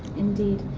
indeed,